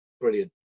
brilliant